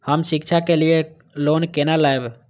हम शिक्षा के लिए लोन केना लैब?